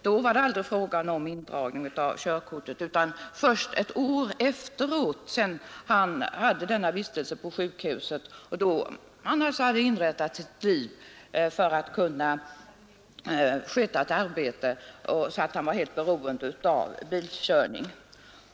Då var det aldrig fråga om indragning av körkortet utan först ett år efter vistelsen på sjukhuset och då han hade inrättat sitt liv för att kunna sköta ett arbete, där han var helt beroende av bilkörning.